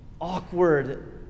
awkward